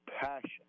passion